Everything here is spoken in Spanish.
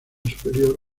superior